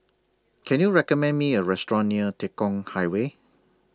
Can YOU recommend Me A Restaurant near Tekong Highway